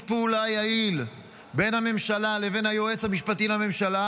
פעולה יעיל בין הממשלה לבין היועץ המשפטי לממשלה,